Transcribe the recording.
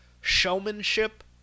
showmanship